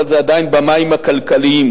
אבל זה עדיין במים הכלכליים